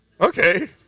Okay